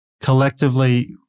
collectively